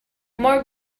more